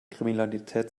kriminalität